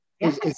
Yes